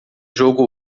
jogo